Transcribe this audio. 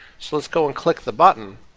so let's go and click the button.